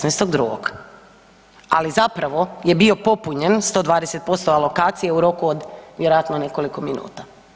16.2., ali zapravo je bio popunjen 120% alokacije u roku od vjerojatno nekoliko minuta.